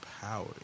power